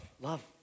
love